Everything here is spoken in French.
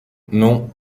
non